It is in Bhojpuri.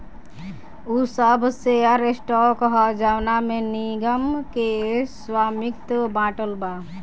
उ सब शेयर स्टॉक ह जवना में निगम के स्वामित्व बाटल बा